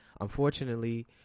unfortunately